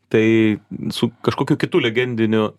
tai su kažkokiu kitu legendiniu